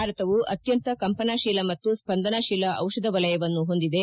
ಭಾರತವು ಅತ್ಯಂತ ಕಂಪನಾಶೀಲ ಮತ್ತು ಸ್ಲಂದನಾಶೀಲ ಚಿಷಧ ವಲಯವನ್ನು ಹೊಂದಿದೆ